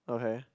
okay